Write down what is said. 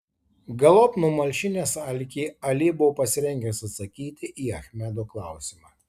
galop numalšinęs alkį ali buvo pasirengęs atsakyti į achmedo klausimą